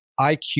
IQ